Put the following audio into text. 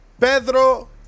Pedro